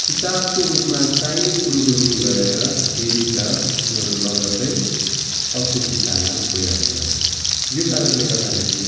किताबको रूपमा चाहिने कुरोको निहुँ गरेर फेरि त उनीहरू लगत्तै अर्को दिशामा गइहाल्छ यो कारणले गर्दा फेरि